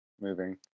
Moving